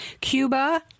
Cuba